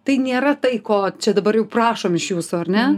tai nėra tai ko čia dabar jau prašom iš jūsų ar ne